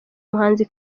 umuhanzi